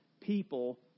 people